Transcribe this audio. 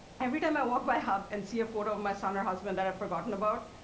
every time i walk by hub and see a photo of my son or husband that i've forgotten about,